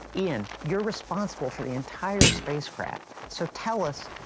ian, you're responsible for the entire spacecraft. so tell us,